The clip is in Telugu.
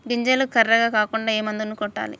గింజలు కర్రెగ కాకుండా ఏ మందును కొట్టాలి?